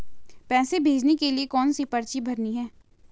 पैसे भेजने के लिए कौनसी पर्ची भरनी है?